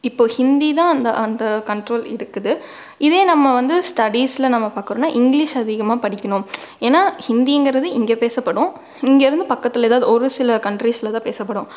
இப்போ ஹிந்தி தான் அந்த அந்த கன்ட்ரோல் இருக்குது இதே நம்ம வந்து ஸ்டடிஸில் நம்ம பார்க்குறோனா இங்கிலீஷ் அதிகமாக படிக்கணும் ஏன்னா ஹிந்திங்குறது இங்கே பேசப்படும் இங்கேருந்து பக்கத்தில் எதாவது ஒரு சில கன்ட்ரிஸ்ல தான் பேசப்படும்